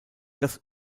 das